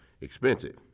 expensive